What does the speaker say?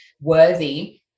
worthy